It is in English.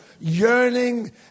yearning